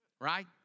Right